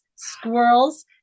squirrels